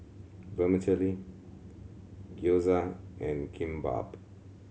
Vermicelli Gyoza and Kimbap